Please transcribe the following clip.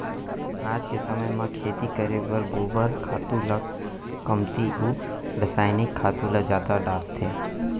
आज के समे म खेती करे बर गोबर खातू ल कमती अउ रसायनिक खातू ल जादा डारत हें